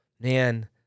man